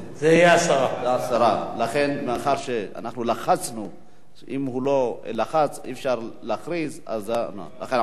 אין מתנגדים.